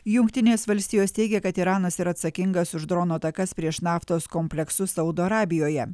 jungtinės valstijos teigia kad iranas yra atsakingas už dronų atakas prieš naftos kompleksus saudo arabijoje